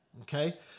Okay